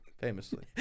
Famously